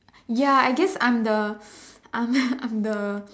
ya I guess I'm the I'm I'm the